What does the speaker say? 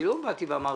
אני לא באתי ואמרתי